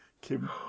Kim